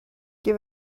give